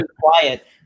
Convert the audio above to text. quiet